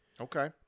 Okay